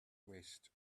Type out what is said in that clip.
waist